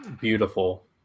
beautiful